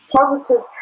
positive